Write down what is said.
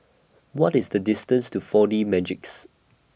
What IS The distance to four D Magix